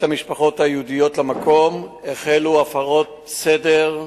המשפחות היהודיות למקום החלו הפרות סדר,